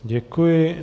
Děkuji.